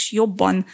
jobban